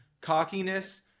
cockiness